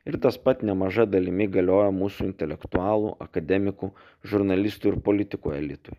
ir tas pat nemaža dalimi galioja mūsų intelektualų akademikų žurnalistų ir politikų elitui